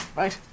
right